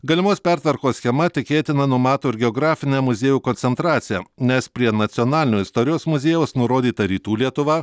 galimos pertvarkos schema tikėtina numato ir geografinę muziejų koncentraciją nes prie nacionalinio istorijos muziejaus nurodyta rytų lietuva